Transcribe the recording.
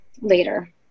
later